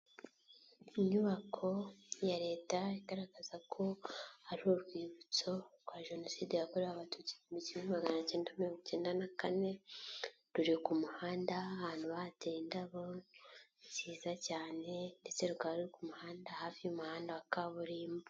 Inyubako ya leta igaragaza ko hari urwibutso rwa jenoside yakorewe abatutsi mu igihumbi kimwe magana icyenda mirongo icyenda na kane, ruri ku muhanda ahantu bahateye indabo nziza cyane ndetse rukaba ruri ku muhanda hafi y'umuhanda wa kaburimbo.